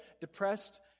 depressed